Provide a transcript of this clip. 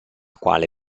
quale